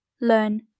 learn